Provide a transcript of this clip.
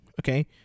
okay